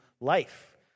life